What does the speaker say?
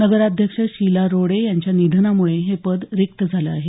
नगराध्यक्ष शीला रोडे यांच्या निधनाम्ळे हे पद रिक्त झाल आहे